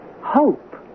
Hope